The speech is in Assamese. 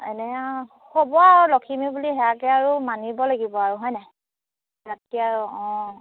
এনে আৰু হ'ব আৰু লখিমী বুলি সেয়াকে আৰু মানিব লাগিব আৰু হয়নে ইয়াতকৈ আৰু অঁ